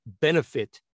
benefit